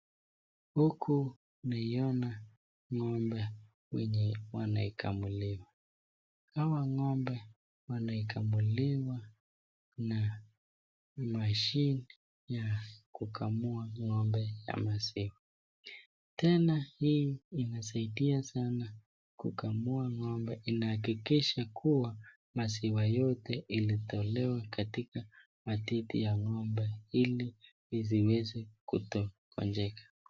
Huku naiyona ngo'mbe wenye wanakamuliwa, hawa ngo'mbe wanakamuliwa na mashini ya kukamua ngo'mbe wa maziwa , tena hii inazadia sana kukamua ngo'mbe inaakikisha kuwa maziwa yote ilitolewa katika matiti ya ngo'mbe hili hiziweze kukunjeka.